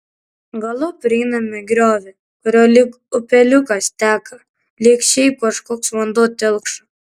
galop prieiname griovį kuriuo lyg upeliukas teka lyg šiaip kažkoks vanduo telkšo